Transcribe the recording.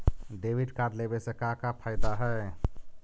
Debit card लेवे से का का फायदा है?